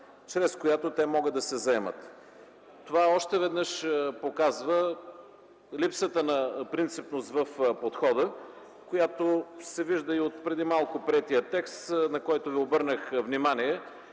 чрез която те могат да се заемат. Това още веднъж показва липсата на принципност в подхода, която се вижда и от преди малко приетия текст, на който ви обърнах внимание,